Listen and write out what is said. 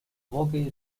vogue